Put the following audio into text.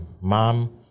mom